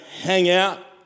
hangout